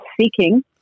seeking